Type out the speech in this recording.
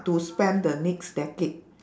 to spend the next decade